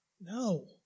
No